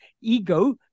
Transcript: ego